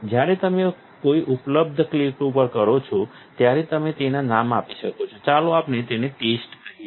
જ્યારે તમે કોઈ ઉપલબ્ધ ઉપર ક્લિક કરો છો ત્યારે તમે તેને નામ આપી શકો છો ચાલો આપણે તેને ટેસ્ટ કહીએ